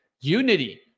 Unity